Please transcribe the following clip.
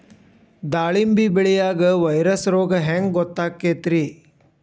ದಾಳಿಂಬಿ ಬೆಳಿಯಾಗ ವೈರಸ್ ರೋಗ ಹ್ಯಾಂಗ ಗೊತ್ತಾಕ್ಕತ್ರೇ?